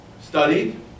studied